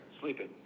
sleeping